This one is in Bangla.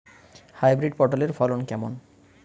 হাইব্রিড পটলের ফলন কেমন?